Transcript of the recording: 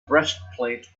breastplate